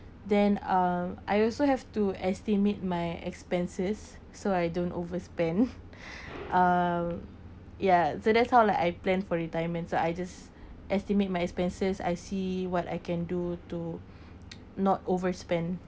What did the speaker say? then uh I also have to estimate my expenses so I don't overspend uh ya so that's how like I plan for retirement so I just estimate my expenses I see what I can do to not overspend